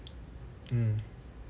mm